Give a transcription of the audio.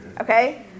Okay